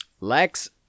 Lex